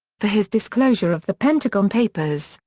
for his disclosure of the pentagon papers,